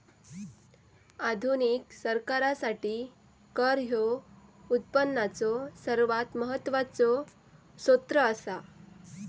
आधुनिक सरकारासाठी कर ह्यो उत्पनाचो सर्वात महत्वाचो सोत्र असा